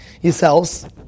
yourselves